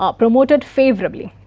ah promoted favourably.